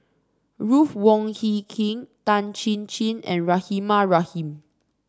Ruth Wong Hie King Tan Chin Chin and Rahimah Rahim